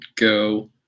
go